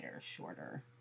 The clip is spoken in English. shorter